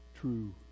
true